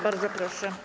Bardzo proszę.